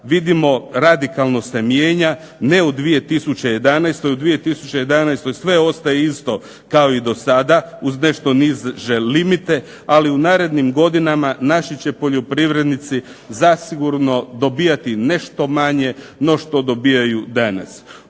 vidimo radikalno se mijenja, ne u 2011., u 2011. sve ostaje isto kao i do sada, uz nešto niže limite, ali u narednim godinama naši će poljoprivrednici zasigurno dobivati nešto manje no što dobijaju danas.